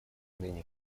ныне